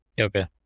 Okay